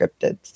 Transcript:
cryptids